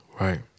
Right